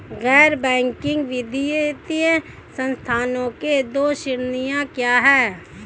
गैर बैंकिंग वित्तीय संस्थानों की दो श्रेणियाँ क्या हैं?